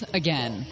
again